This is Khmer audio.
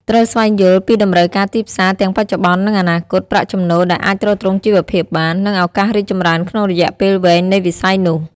ត្រូវស្វែងយល់ពីតម្រូវការទីផ្សារទាំងបច្ចុប្បន្ននិងអនាគត ប្រាក់ចំណូលដែលអាចទ្រទ្រង់ជីវភាពបាន និងឱកាសរីកចម្រើនក្នុងរយៈពេលវែងនៃវិស័យនោះ។